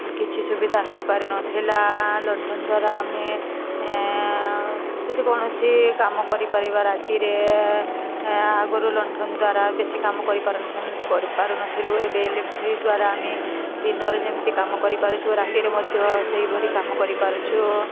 କିଛି ସୁବିଧା ହେଇପାରୁ ନଥିଲା ଲଣ୍ଠନ ଦ୍ୱାରା ଆମେ ଯଦି କୌଣସି କାମ କରିପାରିବା ରାତିରେ ଆଗରୁ ଲଣ୍ଠନ ଦ୍ୱାରା ବେଶୀ କାମ କରିପାରୁ କରିପାରୁ ନଥିଲେ ଏବେ ଇଲେକ୍ଟ୍ରି ଦ୍ୱାରା ଆମେ ଦିନରେ ଯେମିତି କାମ କରିପାରୁଛୁ ରାତିରେ ମଧ୍ୟ ସେହିପରି କାମ କରିପାରୁଛୁ